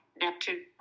Neptune